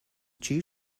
two